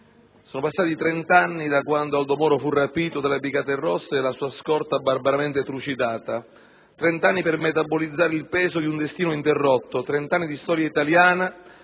sono passati trent'anni da quando Aldo Moro fu rapito dalle brigate rosse e la sua scorta barbaramente trucidata. Trent'anni per metabolizzare il peso di un destino interrotto; trent'anni di storia italiana